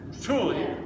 truly